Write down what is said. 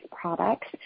products